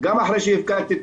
גם אחרי שהפקדתי תכנית,